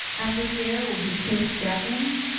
after kiera will be chris jackins,